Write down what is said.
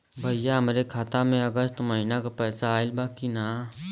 भईया हमरे खाता में अगस्त महीना क पैसा आईल बा की ना?